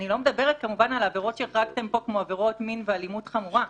אני לא מדברת כמובן על עבירות שהחרגתם פה כמו עבירות מין ואלימות חמורה,